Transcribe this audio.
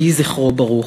יהי זכרו ברוך.